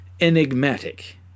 enigmatic